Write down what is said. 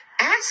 Ask